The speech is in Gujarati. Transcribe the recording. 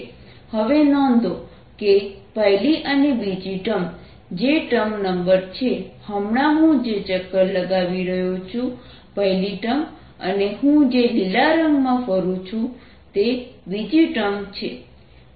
હવે નોંધો કે પહેલી અને બીજી ટર્મ જે ટર્મ નંબર છે હમણાં હું જે ચક્કર લગાવી રહ્યો છું પહેલી ટર્મ અને હું જે લીલા રંગમાં ફરું છું તે બીજી ટર્મ છે